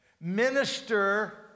minister